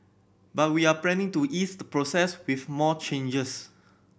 but we are planning to ease the process with more changes